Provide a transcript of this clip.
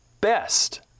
best